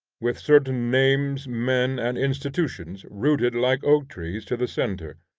with certain names, men and institutions rooted like oak-trees to the centre,